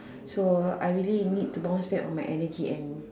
so I really bounce back on my energy and